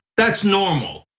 that's normal.